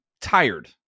tired